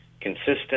consistent